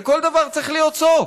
לכל דבר צריך להיות סוף.